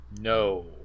No